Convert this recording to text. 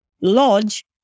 lodge